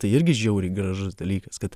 tai irgi žiauriai gražus dalykas kad